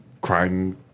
crime